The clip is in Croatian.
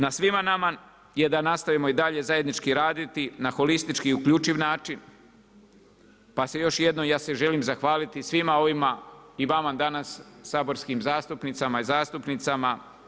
Na svima nama je da nastavimo i dalje zajednički raditi na holistički uključiv način, pa se još jednom ja se želim zahvaliti svima ovima i vama danas saborskim zastupnicama i zastupnicima.